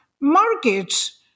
Markets